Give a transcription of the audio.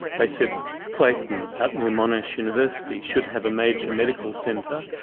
they said clayton, out near monash university, should have a major medical centre,